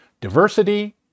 Diversity